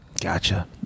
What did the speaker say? Gotcha